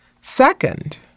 Second